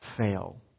fail